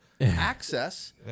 access